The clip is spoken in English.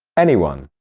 anyone,